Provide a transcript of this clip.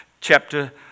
chapter